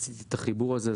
עשיתי את החיבור הזה,